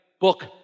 book